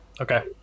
Okay